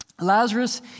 Lazarus